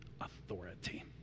authority